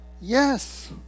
yes